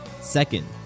Second